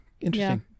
interesting